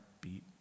beat